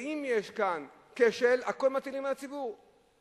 ואם יש כשל, מטילים הכול על הציבור.